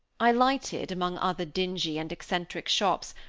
i lighted, among other dingy and eccentric shops,